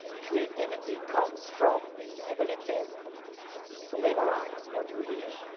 creativity comes from the ability to memorize what you hear,